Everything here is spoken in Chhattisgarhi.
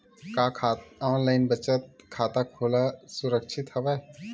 का ऑनलाइन बचत खाता खोला सुरक्षित हवय?